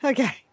Okay